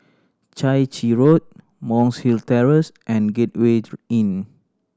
Chai Chee Road Monk's Hill Terrace and Gateway Inn